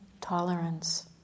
tolerance